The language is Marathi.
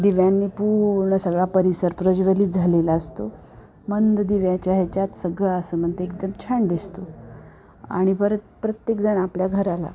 दिव्यांनी पूर्ण सगळा परिसर प्रज्वलीत झालेला असतो मंद दिव्याच्या ह्याच्यात सगळं आसमंत एकदम छान दिसतो आणि परत प्रत्येकजण आपल्या घराला